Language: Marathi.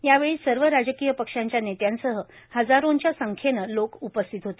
यावेळी सर्व राजकीय पक्षांच्या नेत्यांसह हजारोंच्या संख्येनं लोक उपस्थित होते